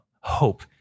hope